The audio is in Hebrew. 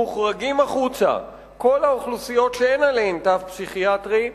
מוחרגות החוצה כל האוכלוסיות שאין עליהן תו פסיכיאטרי,